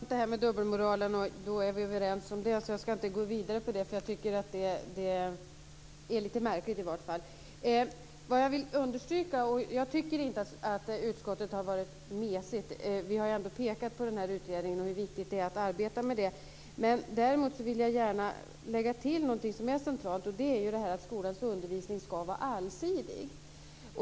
Fru talman! Det här med dubbelmoralen är intressant. Vi är överens om det, så jag ska inte gå vidare med det men jag tycker att det i varje fall är lite märkligt. Jag tycker inte att utskottet har varit mesigt. Vi har ändå pekat på utredningen och på hur viktigt det är att arbeta med det. Däremot vill jag gärna lägga till något som är centralt. Det är det här att skolans undervisning ska vara allsidig.